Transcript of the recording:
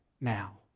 now